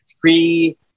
three